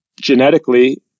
genetically